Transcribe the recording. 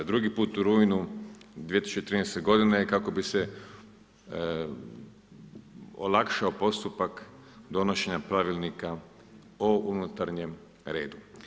Drugi put u rujnu 2013. kako bi se olakšao postupak donošenja pravilnika o unutarnjem redu.